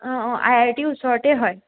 অঁ অঁ আই আই টিৰ ওচৰতে হয়